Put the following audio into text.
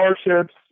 scholarships